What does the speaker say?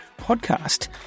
Podcast